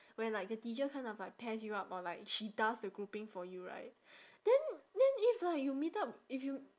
when like the teacher kind of like pairs you up or like she does the grouping for you right then then if like you meet up if you